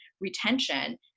retention